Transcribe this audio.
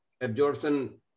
absorption